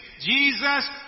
Jesus